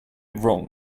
wrong